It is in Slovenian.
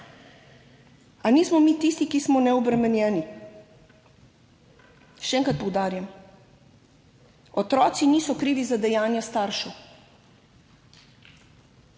Ali nismo mi tisti, ki smo neobremenjeni? Še enkrat poudarjam, otroci niso krivi za dejanja staršev.